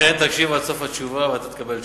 תקשיב עד סוף התשובה, ואתה תקבל תשובה.